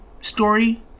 story